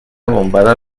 bombada